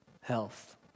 Health